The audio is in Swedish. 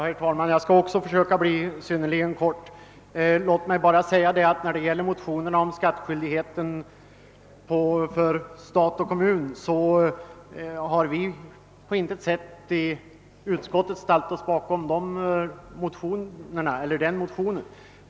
Herr talman! Jag skall också försöka att uttrycka mig synnerligen kortfattat. Vi reservanter har i utskottet på intet sätt ställt oss bakom den motion som gäller skattskyldighet för stat och kommun.